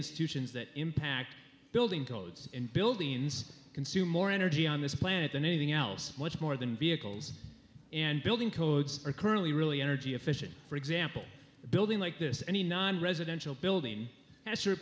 institutions that impact building codes and buildings consume more energy on this planet than anything else much more than vehicles and building codes are currently really energy efficient for example a building like this any nine residential building that's